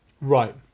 right